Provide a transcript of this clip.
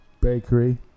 Bakery